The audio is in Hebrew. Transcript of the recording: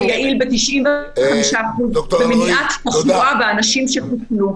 אנחנו יודעים שהחיסון הזה יעיל ב-95% במניעת תחלואה באנשים שחוסנו.